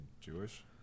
Jewish